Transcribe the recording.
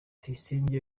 tuyisenge